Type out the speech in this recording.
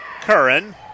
Curran